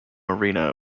arena